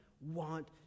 want